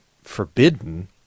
forbidden